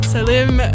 Salim